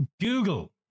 Google